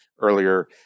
earlier